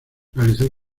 realizó